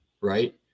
Right